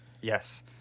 Yes